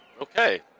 Okay